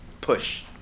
push